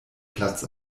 platz